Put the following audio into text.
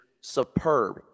superb